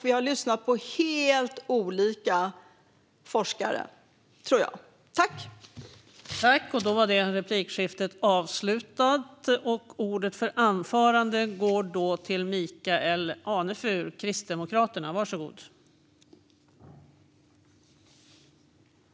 Vi har lyssnat på helt olika forskare, tror jag.